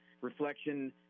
reflection